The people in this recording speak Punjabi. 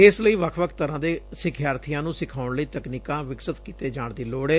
ਇਸ ਲਈ ਵੱਖ ਵੱਖ ਤਰੁਾਂ ਦੇ ਸਿਖਿਆਰਬੀਆਂ ਨੂੰ ਸਿਖਾਉਣ ਲਈ ਤਕਨੀਕਾਂ ਵਿਕਸਤ ਕੀਤੇ ਜਾਣ ਦੀ ਲੋੜ ਏ